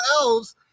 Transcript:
Elves